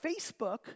Facebook